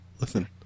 Listen